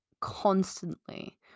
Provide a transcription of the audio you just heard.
constantly